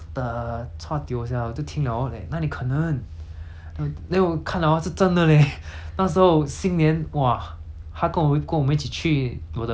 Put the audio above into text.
then then 我看 liao hor 是真的 leh 那时候新年 !wah! 她跟我们跟我们一起去我的二姑家吃团圆饭嘛